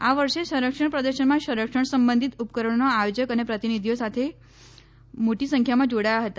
આ વર્ષે સંરક્ષણ પ્રદર્શનમાં સંરક્ષણ સંબંધિત ઉપકરણોના આયોજકો અને પ્રતિનિધિઓ સૌથી મોટી સંખ્યામાં જોડાયા હતા